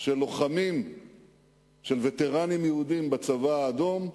של לוחמים יהודים בצבא האדום,